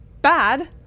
bad